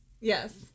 Yes